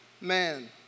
man